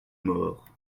maures